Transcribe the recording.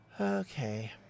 Okay